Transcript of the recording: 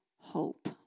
hope